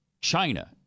China